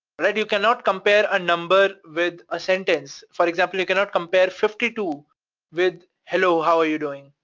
but and you cannot compare a number with a sentence. for example, you cannot compare fifty two with hello, how're you doing?